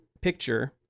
picture